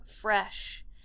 fresh